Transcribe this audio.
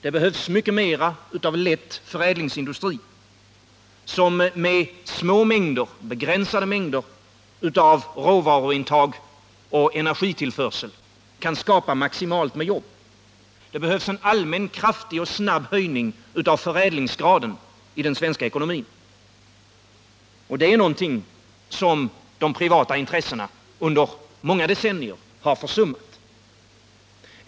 Det behövs mycket mera av lätt förädlingsindustri som med små, begränsade mängder av råvaruintag och energitillförsel kan skapa maximalt med jobb. Det behövs en allmän, kraftig och snabb höjning av förädlingsgraden i den svenska ekonomin, och det är någonting som de privata intressena under många decennier har försummat.